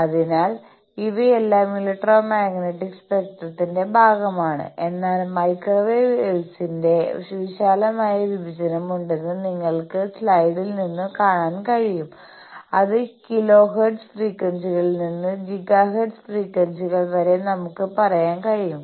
അതിനാൽ ഇവയെല്ലാം ഇലക്ട്രോമാഗ്നെറ്റിക് സ്പെക്ട്രത്തിന്റെ ഭാഗമാണ് എന്നാൽ മൈക്രോ വേവ്സിന്റെയും വിശാലമായ വിഭജനം ഉണ്ടെന്ന് നിങ്ങൾക്ക് സ്ലൈഡിൽ നിന്ന് കാണാൻ കഴിയും അത് കിലോഹെർട്സ് ഫ്രീക്വൻസികളിൽ നിന്ന് ജിഗാഹെർട്സ് ഫ്രീക്വൻസികൾ വരെ നമുക്ക് പറയാൻ കഴിയും